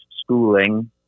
schooling